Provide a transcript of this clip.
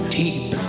deep